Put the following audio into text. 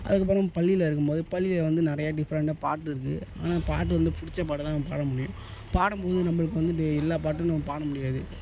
அதுக்கப்புறம் பள்ளியில் இருக்கும் போது பள்ளியில் வந்து நிறையா டிஃப்ரெண்ட்டாக பாட்டு இருக்குது ஆனால் பாட்டு வந்து பிடிச்ச பாட்டை தான் பாட முடியும் பாடும் போது நம்மளுக்கு வந்துட்டு எல்லா பாட்டும் நம்ம பாட முடியாது